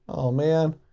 oh man.